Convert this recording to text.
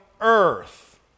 earth